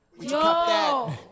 yo